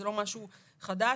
זה לא משהו חדש.